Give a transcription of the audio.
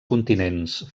continents